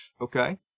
Okay